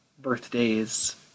birthdays